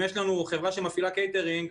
אם יש לנו חברה שמפעילה קייטרינג,